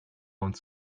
owns